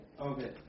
Okay